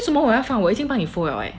为什么我要放我已经帮你 fold 了 eh